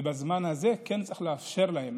ובזמן הזה כן צריך לאפשר להם.